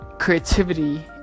creativity